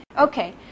Okay